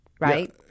right